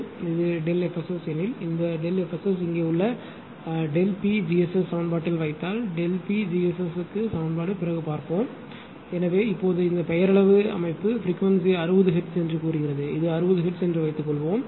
எனவே இது ΔF SS எனில் இந்த FSS இங்கே உள்ள PgSS சமன்பாட்டில் வைத்தால் PgSS க்கு சமன்பாடு பிறகு பார்ப்போம் எனவே இப்போது இந்த பெயரளவு அமைப்பு பிரிக்வன்சி 60 ஹெர்ட்ஸ் என்று கூறுகிறது இது 60 ஹெர்ட்ஸ் என்று வைத்துக்கொள்வோம்